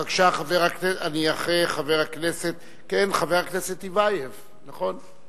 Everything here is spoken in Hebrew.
בבקשה, חבר הכנסת טיבייב, נכון?